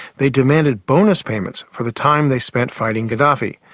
they demanded bonus payments for the time they spent fighting gaddafi.